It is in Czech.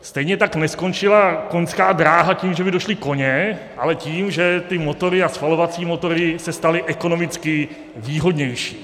Stejně tak neskončila koňská dráha tím, že by došli koně, ale tím, že ty motory a spalovací motory se staly ekonomicky výhodnější.